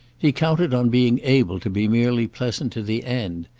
he counted on being able to be merely pleasant to the end,